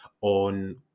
on